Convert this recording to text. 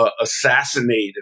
assassinated